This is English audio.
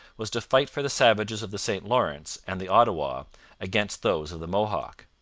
was to fight for the savages of the st lawrence and the ottawa against those of the mohawk.